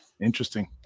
Interesting